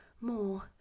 more